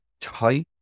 type